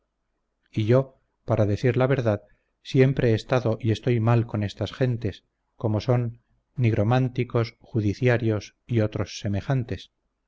y yo para decir la verdad siempre he estado y estoy mal con estas gentes como son nigrománticos judiciarios y otros semejantes